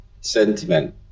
sentiment